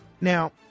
Now